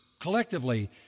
collectively